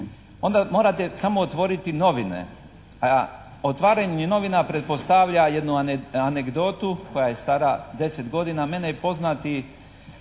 onda morate samo otvoriti novine a otvaranje novina pretpostavlja jednu anegdotu koja je stara deset godina. Mene je poznati